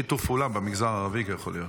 אין שיתוף פעולה במגזר הערבי, יכול להיות.